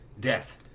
Death